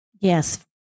Yes